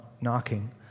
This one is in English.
knocking